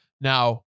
Now